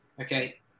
Okay